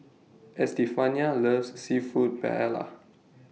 Estefania loves Seafood Paella